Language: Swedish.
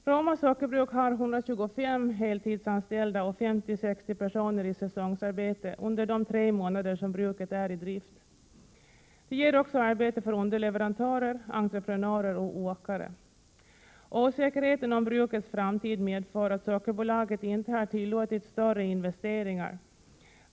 Roma sockerbruk har 125 heltidsanställda och 50-60 personer i säsongarbete under de tre månader av året som bruket är i drift. Det ger också arbete för underleverantörer, entreprenörer och åkare. Osäkerheten om brukets framtid medför att Sockerbolaget inte har tillåtit större investeringar.